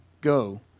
go